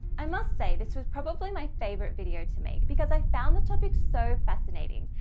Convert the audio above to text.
i must say this was probably my favorite video to make because i found the topic so fascinating,